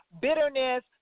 bitterness